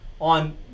on